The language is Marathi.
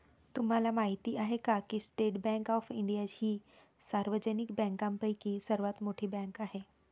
तुम्हाला माहिती आहे का की स्टेट बँक ऑफ इंडिया ही सार्वजनिक बँकांपैकी सर्वात मोठी बँक आहे